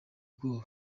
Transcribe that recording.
ubwoba